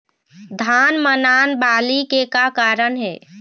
धान म नान बाली के का कारण हे?